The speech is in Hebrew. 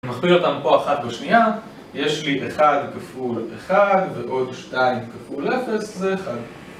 אני מכפיל אותן פה אחת בשנייה, יש לי 1 כפול 1 ועוד 2 כפול 0 זה 1